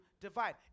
divide